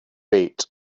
eat